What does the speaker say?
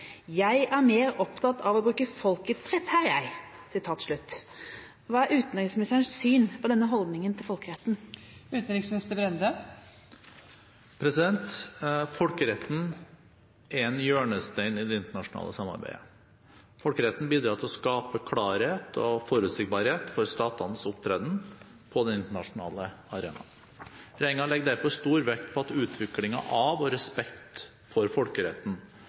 Jeg er mer opptatt av å bruke folkets rett her, jeg». Hva er utenriksministerens syn på denne holdningen til folkeretten?» Folkeretten er en hjørnestein i det internasjonale samarbeidet. Folkeretten bidrar til å skape klarhet og forutsigbarhet for statenes opptreden på den internasjonale arena. Regjeringen legger derfor stor vekt på utviklingen av og respekt for folkeretten.